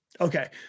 Okay